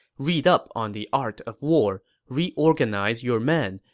read up on the art of war, reorganize your men,